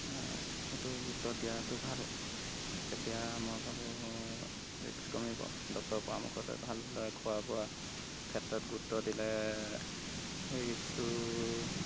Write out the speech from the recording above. সেইটো গুৰুত্ব দিয়াটো ভাল তেতিয়া মই ভাবোঁ ৰিক্স কমিব ডক্তৰৰ পৰামৰ্শ লৈ ভালদৰে খোৱা বোৱা ক্ষেত্ৰত গুৰুত্ব দিলে সেই ৰিক্সটো